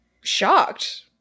shocked